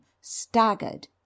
staggered